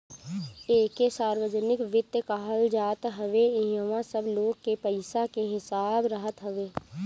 एके सार्वजनिक वित्त कहल जात हवे इहवा सब लोग के पईसा के हिसाब रहत हवे